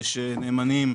יש נאמנים,